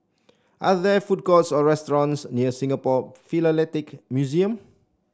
are there food courts or restaurants near Singapore Philatelic Museum